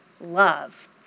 love